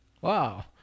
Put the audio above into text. wow